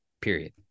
period